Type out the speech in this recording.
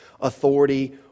authority